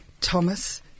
Thomas